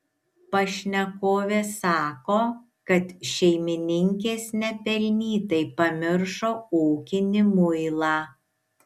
pašnekovė sako kad šeimininkės nepelnytai pamiršo ūkinį muilą